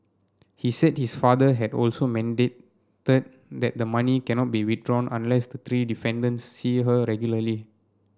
he said his father had also mandated that the money cannot be withdrawn unless the three defendants see her regularly